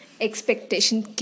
Expectation